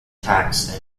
tax